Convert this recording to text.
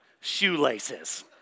shoelaces